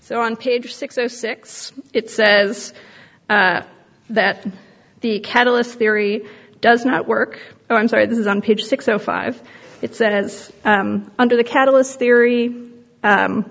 so on page six zero six it says that the catalyst theory does not work or i'm sorry this is on page six o five it's that it is under the catalyst theory